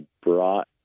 brought